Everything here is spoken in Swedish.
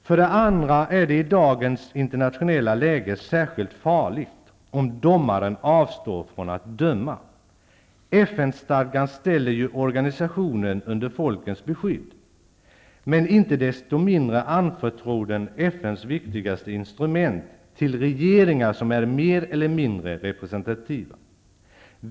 För det andra är det i dagens internationella läge särskilt farligt om domaren avstår från att döma. FN-stadgan ställer ju organisationen under folkens beskydd. Men inte desto mindre anförtror den FN:s viktigaste instrument till regeringar som är mer eller mindre representativa.